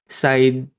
side